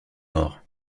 mort